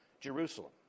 Jerusalem